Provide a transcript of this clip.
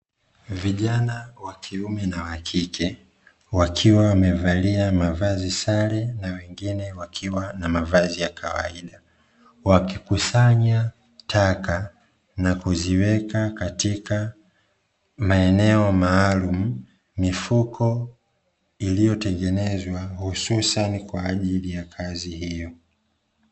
Vijana wa kiume na wa kike, wakiwa wamevalia mavazi sare na wengine wakivalia mavazi ya kawaida. Wakikusanya taka na kuziweka katika maeneo maalumu. Mifuko iliyotengenezwa hususani kwa ajili ya kazi hiyo.